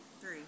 three